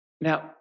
Now